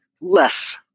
less